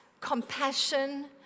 compassion